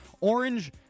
orange